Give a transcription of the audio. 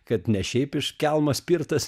kad ne šiaip iš kelmo spirtas